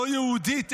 לא יהודית,